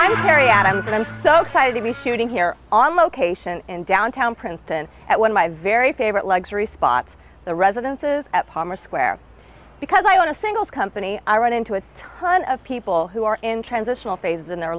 and i'm so excited to be sitting here on location in downtown princeton at one of my very favorite luxury spots the residences at palmer square because i want a single company i run into a ton of people who are in transitional phase in their